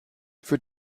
für